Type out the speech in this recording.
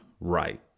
right